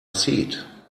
seat